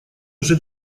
уже